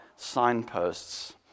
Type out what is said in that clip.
signposts